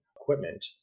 equipment